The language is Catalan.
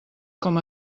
com